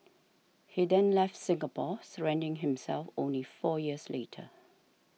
he then left Singapore surrendering himself only four years later